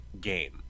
game